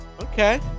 Okay